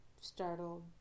startled